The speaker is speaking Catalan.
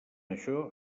això